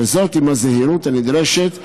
וזאת עם הזהירות הנדרשת,